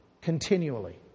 continually